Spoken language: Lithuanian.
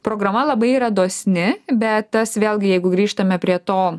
programa labai yra dosni bet tas vėlgi jeigu grįžtame prie to